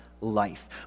life